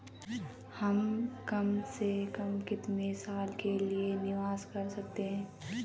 हम कम से कम कितने साल के लिए निवेश कर सकते हैं?